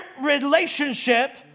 relationship